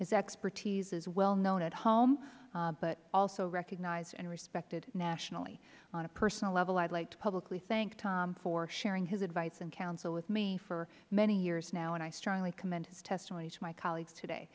his expertise is well known at home but also recognized and respected nationally on a personal level i would like to publicly thank tom for sharing his advice and counsel with me for many years now and i strongly commend his testimony to my colleagues today